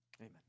Amen